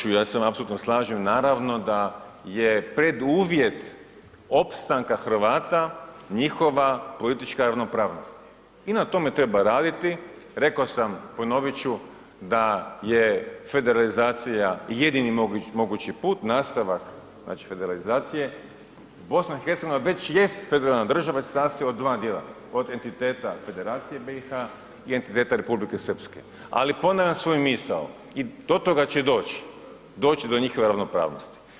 Gospodine Babiću je se apsolutno ne slažem, naravno da je preduvjet opstanka Hrvata njihova politička ravnopravnost i na tome treba raditi, rekao sam, ponovit ću da je federalizacija jedini mogući put, nastavak znači federalizacije BiH već jest federalna država i sastoji se od dva dijela od entiteta Federacije BiH i entiteta Republike Srpske, ali ponavljam svoju misao i do toga će doći, doći će do njihove ravnopravnosti.